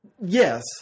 Yes